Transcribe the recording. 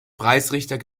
preisrichter